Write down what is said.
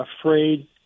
afraid